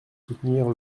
soutenir